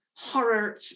horror